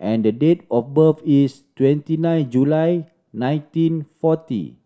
and the date of birth is twenty nine July nineteen forty